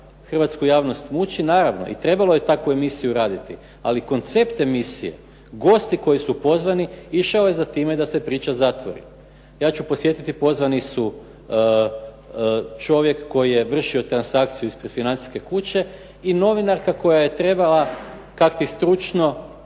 hrvatsku javnost muči. Naravno i trebalo je takvu emisiju raditi, ali koncept emisije, gosti koji su pozvani išao je za time da se priča zatvori. Ja ću podsjetiti pozvani su čovjek koji je vrši transakciju ispred financijske kuće i novinarka koja je trebala kakti stručno